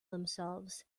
themselves